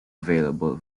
available